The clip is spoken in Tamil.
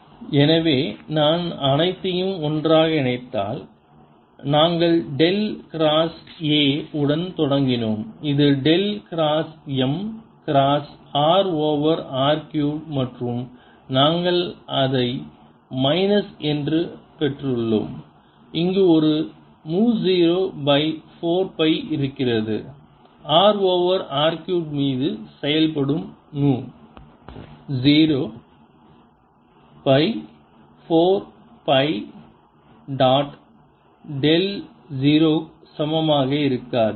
rrr5 எனவே நான் அனைத்தையும் ஒன்றாக இணைத்தால் நாங்கள் டெல் கிராஸ் A உடன் தொடங்கினோம் இது del cross m cross r over r cube மற்றும் நாங்கள் அதை மைனஸ் என்று பெற்றுள்ளோம் இங்கு ஒரு மு ஜீரோ பை 4 பை இருக்கிறது r ஓவர் r க்யூப் மீது செயல்படும் மு ஜீரோ பை 4 பை m டாட் டெல் 0 சமமாக இருக்காது